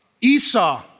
Esau